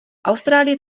austrálie